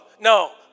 No